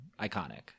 iconic